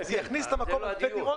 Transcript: זה יכניס במקום אלפי דירות,